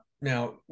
now